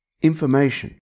Information